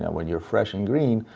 when you're fresh and green,